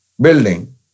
building